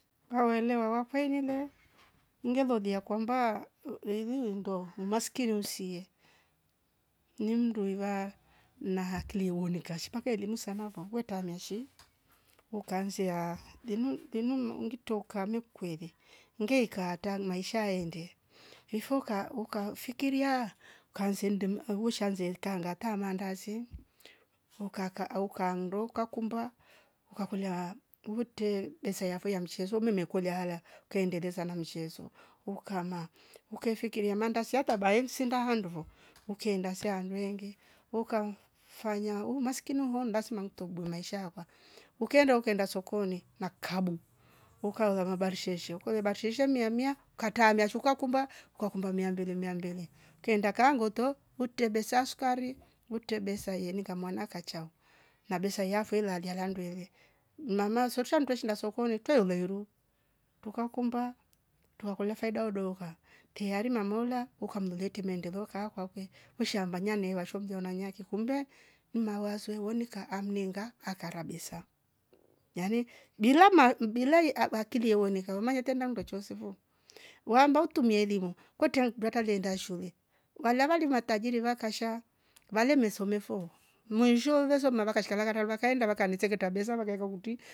Awenoa wakoililo ngelolia kwamba wei- weinyindo umaskini usie nimdwela una hakiri wonika shika fe elimu sana vavotamia shi, ukaanzia limu limu maungitoka me kwere nge ikaata maisha ende ifoka uka fikiria ukaanze mnde avushaze ka ngata maandazi ukaka au ukandoka kumba ukakola huvute besa yafo ya mchezo mmmekulia ala kaendeleza na mchezo ukama ukaifikira maandazi siyatabe baesinda ndovo ukenda sandwendwe uka fanya umaskini ho ndasma mtobwe maishakwa. Ukaenda ukaenda sokoni na kabu ukalola mabrsheshe kola barsheshe miamia ukatamia shuka kumba ukakumba mia mbili mia mbili tenda kangoto utebesa sukari, utebesa yeni kamwana kachao na besa yafwe lalalia landwele mnama sershwa mtweshina sokoni twei ulairu, tukakomba tukakola faida udoloka teari mamaula ukamliete maendeleo ka kakwe mshamba nyanewa shumja nanyaki kumba mma wazo vwonika amninga akara besa. Yani bila ma mbila ye abakilia wonika humaye tenda ndochozi vo, wamba utumie kwete nduwata lienda shule valiava li matajiri vakasha vale misomefo mwinsho loweso mmva kashkaka luwakaenda wakane sengeta besa wakaikava kuti.